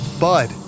bud